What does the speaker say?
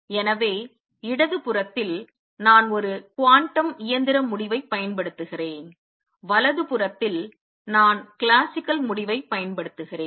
எனவே இடது புறத்தில் நான் ஒரு குவாண்டம் இயந்திர முடிவைப் பயன்படுத்துகிறேன் வலது புறத்தில் நான் கிளாசிக்கல் முடிவைப் பயன்படுத்துகிறேன்